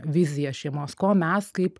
viziją šeimos ko mes kaip